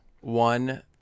One